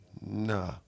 Nah